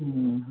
ଅଁ ହଁ